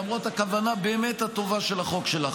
למרות הכוונה הבאמת-טובה של החוק שלך,